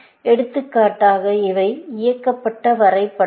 எடுத்துக்காட்டாக இவை இயக்கப்பட்ட வரைபடங்கள்